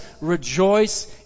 rejoice